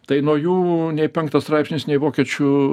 tai nuo jų nei penktas straipsnis nei vokiečių